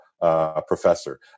Professor